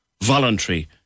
voluntary